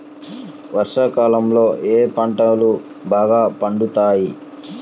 వర్షాకాలంలో ఏ పంటలు బాగా పండుతాయి?